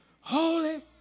holy